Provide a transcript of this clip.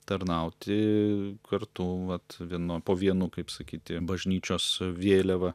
tarnauti kartu vat vienu po vienu kaip sakyti bažnyčios vėliava